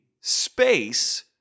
space